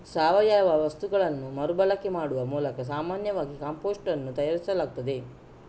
ಸಾವಯವ ವಸ್ತುಗಳನ್ನ ಮರು ಬಳಕೆ ಮಾಡುವ ಮೂಲಕ ಸಾಮಾನ್ಯವಾಗಿ ಕಾಂಪೋಸ್ಟ್ ಅನ್ನು ತಯಾರಿಸಲಾಗ್ತದೆ